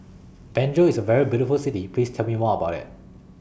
Banjul IS A very beautiful City Please Tell Me More about IT